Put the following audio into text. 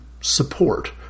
support